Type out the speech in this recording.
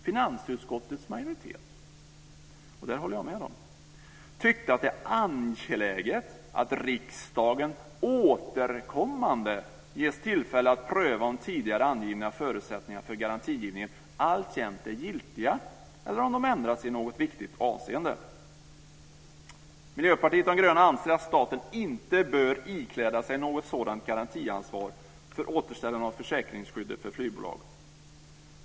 Finansutskottets majoritet, och där håller jag med dem, tycker att det är angeläget att riksdagen återkommande ges tillfälle att pröva om tidigare angivna förutsättningar för garantigivningen alltjämt är giltiga eller om de ändrats i något viktigt avseende. Miljöpartiet de gröna anser att staten inte bör ikläda sig något sådant garantiansvar för återställande av försäkringsskyddet för flygbolag.